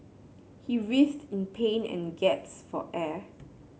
he writhed in pain and gasped for air